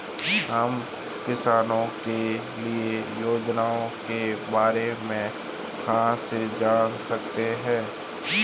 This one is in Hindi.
हम किसानों के लिए योजनाओं के बारे में कहाँ से जान सकते हैं?